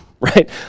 right